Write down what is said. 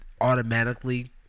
automatically